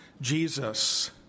Jesus